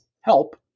help